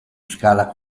scala